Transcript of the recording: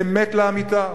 אמת לאמיתה.